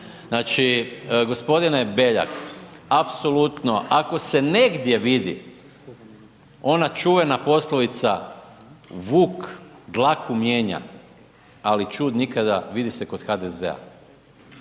Znači, g. Beljak, apsolutno, ako se negdje vidi ona čuvena poslovica vuk dlaku mijenja, ali ćud nikada, vidi se kod HDZ-a.